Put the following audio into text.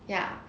ya